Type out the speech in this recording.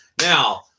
Now